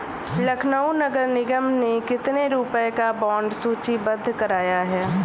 लखनऊ नगर निगम ने कितने रुपए का बॉन्ड सूचीबद्ध कराया है?